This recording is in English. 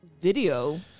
video